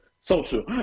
social